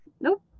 Nope